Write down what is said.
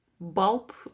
bulb